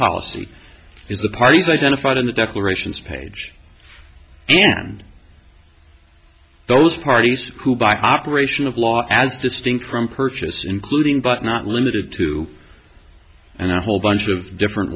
policy is the parties identified in the declarations page and those parties who by operation of law as distinct from purchase including but not limited to and a whole bunch of different